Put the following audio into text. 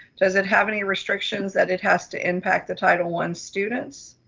does it have any restrictions that it has to impact the title one students?